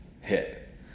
hit